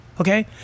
Okay